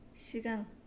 सिगां